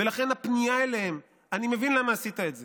ולכן הפנייה אליהם, אני מבין למה עשית את זה.